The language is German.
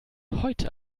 heute